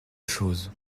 choses